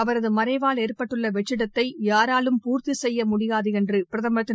அவரது மறைவால் ஏற்பட்டுள்ள வெற்றிடத்தை யாராலும் பூர்த்தி செய்ய முடியாது என்று பிரதமர் திரு